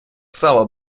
сало